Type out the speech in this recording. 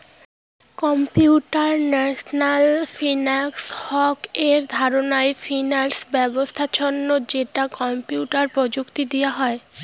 computational finance হউক এক ধরণের ফিনান্স ব্যবছস্থা যেটা কম্পিউটার প্রযুক্তি দিয়া হুই